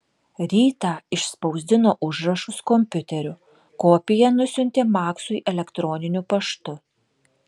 rytą išspausdino užrašus kompiuteriu kopiją nusiuntė maksui elektroniniu paštu